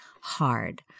hard